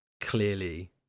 clearly